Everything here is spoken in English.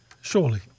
surely